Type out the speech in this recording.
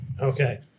Okay